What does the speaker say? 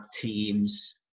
teams